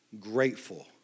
grateful